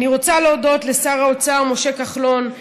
אני רוצה להודות לשר האוצר משה כחלון,